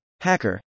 hacker